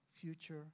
future